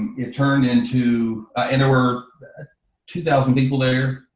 it turned into and there were two thousand people there,